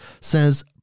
says